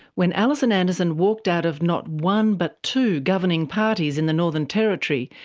when alison anderson walked out of not one but two governing parties in the northern territory,